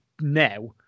now